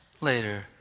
later